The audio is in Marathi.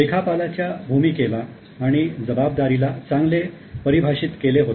लेखापालाच्या भूमिकेला आणि जबाबदारीला चांगले परिभाषित केले होते